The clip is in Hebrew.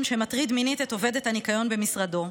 שמטריד מינית את עובדת הניקיון במשרדו,